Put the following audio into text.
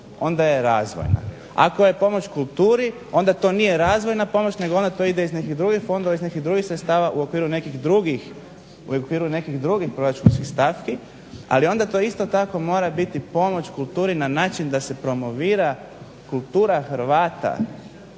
onda je razvojna. Ako je pomoć kulturi onda to nije razvojna pomoć nego onda to ide iz nekih drugih fondova, iz nekih drugih sredstava u okviru nekih drugih proračunskih stavki. Ali onda to isto tako mora biti pomoć kulturi na način da se promovira kultura Hrvata